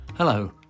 Hello